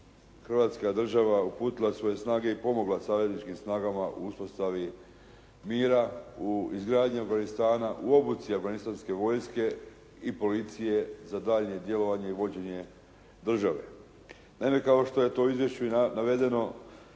Hrvatska država uputila svoje snage i pomogla savezničkim snagama u uspostavi mira, u izgradnji Afganistana, u obuci afganistanske vojske i policije za daljnje djelovanje i vođenje države. Naime, kao što je to u izvješću i navedeno